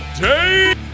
Day